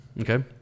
Okay